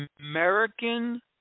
American